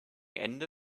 ende